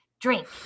drink